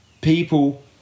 people